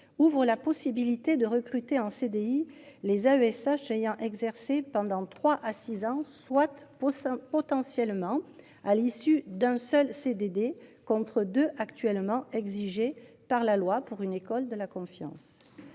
ouvrent la possibilité de recruter en CDI. Les AESH ayant exercé pendant 3 à 6 ans soit. Sein potentiellement à l'issue d'un seul CDD contre 2 actuellement exigé par la loi pour une école de la confiance.